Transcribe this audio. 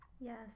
yes